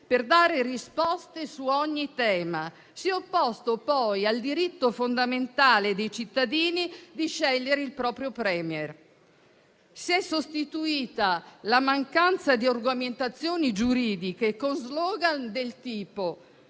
per dare risposte su ogni tema, si è opposto poi al diritto fondamentale dei cittadini di scegliere il proprio *Premier*. Si è sostituita la mancanza di argomentazioni giuridiche con *slogan* del tipo